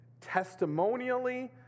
testimonially